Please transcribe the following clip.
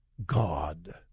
God